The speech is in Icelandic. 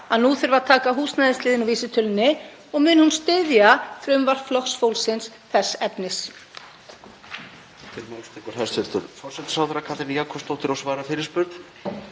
að nú þurfi að taka húsnæðisliðinn úr vísitölunni og mun hún styðja frumvarp Flokks fólksins þess efnis?